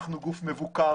אנחנו גוף מבוקר